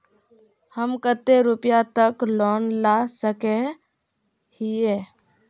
हम कते रुपया तक लोन ला सके हिये?